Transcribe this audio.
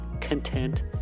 content